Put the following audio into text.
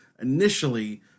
initially